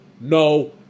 No